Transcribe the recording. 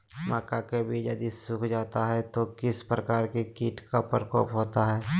मक्का के बिज यदि सुख जाता है तो किस प्रकार के कीट का प्रकोप होता है?